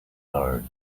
are